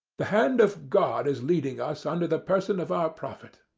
the hand of god is leading us under the person of our prophet.